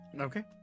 okay